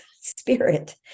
spirit